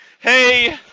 Hey